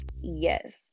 yes